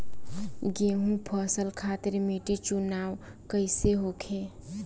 गेंहू फसल खातिर मिट्टी चुनाव कईसे होखे?